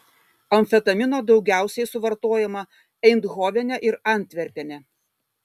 amfetamino daugiausiai suvartojama eindhovene ir antverpene